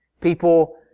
People